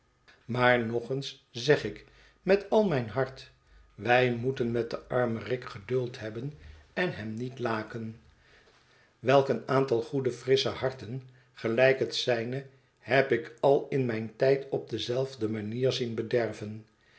huis nog eens zeg ik met al mijn hart wij moeten met den armen rick geduld hebben en hem niet laken welk een aantal goede frissche harten gelijk het zijne heb ik al in mijn tijd op dezelfde manier zien bederven